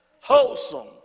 wholesome